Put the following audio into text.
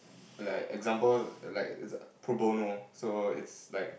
like example like there's a pro bono so it's like